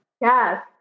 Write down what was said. Yes